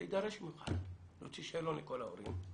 זה ידרוש ממך להוציא שאלון לכל ההורים,